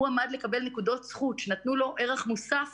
הוא עמד לקבל נקודות זכות שנתנו לו ערך מוסף